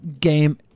game